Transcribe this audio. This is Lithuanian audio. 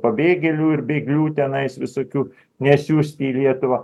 pabėgėlių ir bėglių tenais visokių nesiųsti į lietuvą